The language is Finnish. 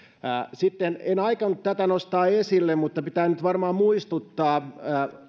sitten en aikonut tätä nostaa esille mutta pitää nyt varmaan muistuttaa